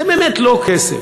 זה באמת לא כסף.